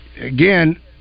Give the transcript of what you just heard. again